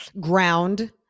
ground